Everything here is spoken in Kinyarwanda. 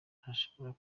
ntashobora